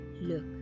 Look